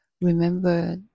remember